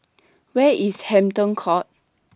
Where IS Hampton Court